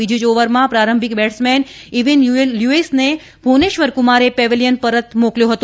બીજી જ ઓવરમાં પ્રારંભીક બેટ્સમેન ઈવિન લ્યુઈસને ભુવનેશ્વર કુમારે પેવેલીયન પરત મોકલ્યો હતો